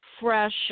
fresh